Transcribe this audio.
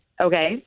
Okay